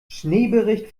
schneebericht